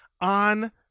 on